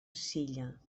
silla